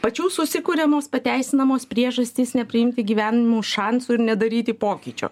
pačių susikuriamos pateisinamos priežastys nepriimti gyvenimo šansų ir nedaryti pokyčio